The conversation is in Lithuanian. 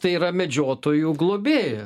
tai yra medžiotojų globėja